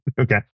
Okay